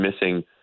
missing